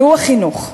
והוא החינוך.